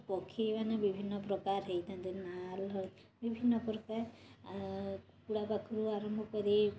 ପକ୍ଷୀ ମାନେ ବିଭିନ୍ନ ପ୍ରକାର ହେଇଥାନ୍ତି ନାଁ ରୁ ହଉ ବିଭିନ୍ନ ପ୍ରକାର କୁକୁଡ଼ା ପାଖରୁ ଆରମ୍ଭ କରି